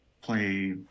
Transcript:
play